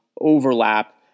overlap